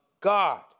God